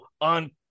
on